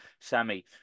Sammy